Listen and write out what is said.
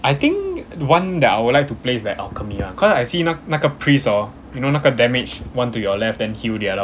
I think one that I would like to play is the alchemy one cause I see 那那个 priest orh you know 那个 damage one to your left then heal the other one